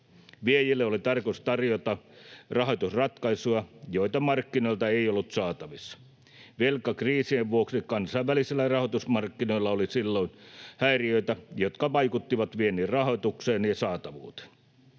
Viejille oli tarkoitus tarjota rahoitusratkaisuja, joita markkinoilta ei ollut saatavissa. Velkakriisien vuoksi kansainvälisillä rahoitusmarkkinoilla oli silloin häiriöitä, jotka vaikuttivat viennin rahoitukseen ja tämän saatavuuteen.